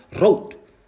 wrote